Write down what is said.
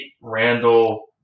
Randall